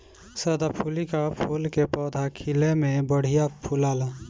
सदाफुली कअ फूल के पौधा खिले में बढ़िया फुलाला